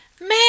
Man